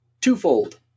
twofold